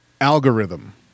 algorithm